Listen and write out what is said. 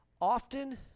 Often